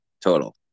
total